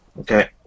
Okay